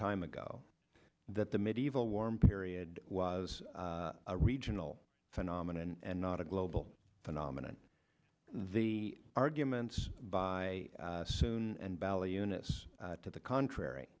time ago that the medieval warm period was a regional phenomena and not a global phenomenon the arguments by soon and valley units to the contrary